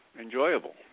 enjoyable